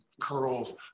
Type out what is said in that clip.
curls